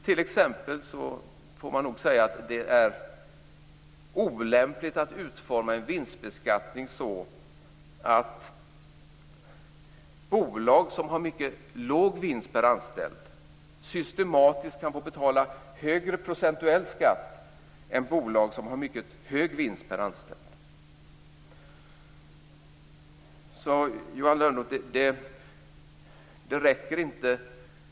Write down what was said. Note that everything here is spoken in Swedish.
Det är t.ex. olämpligt att utforma en vinstbeskattning så att bolag som har en mycket låg vinst per anställd systematiskt kan få betala högre procentuell skatt än bolag som har mycket hög vinst per anställd.